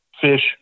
fish